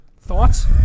Thoughts